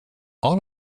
all